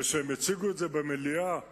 וכשהם הציגו את זה במליאה שלהם,